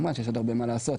ממש יש עוד הרבה מה לעשות,